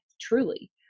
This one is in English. truly